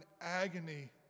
agony